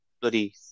bloody